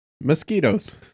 mosquitoes